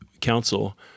council